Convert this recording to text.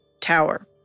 tower